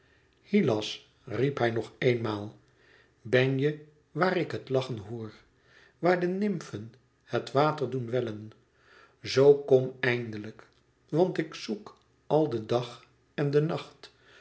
hylas riep hij nog eenmaal ben je waar ik het lachen hoor waar de nymfen het water doen wellen zoo kom éindelijk want ik zoek al den dag en de nacht